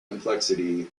complexity